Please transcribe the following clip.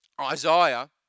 Isaiah